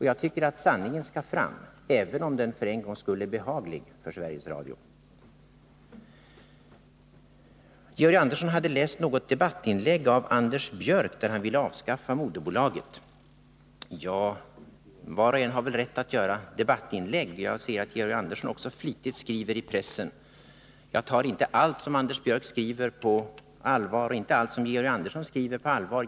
Jag tycker att sanningen skall fram, även om den för en gångs skull är behaglig för Sveriges Radio. Georg Andersson hade läst något debattinlägg från Anders Björck, där han ville avskaffa moderbolaget. Ja, var och en har väl rätt att göra debattinlägg — jag ser att Georg Andersson också skriver flitigt i pressen. Jag tar inte allt som Anders Björck eller Georg Andersson skriver på allvar.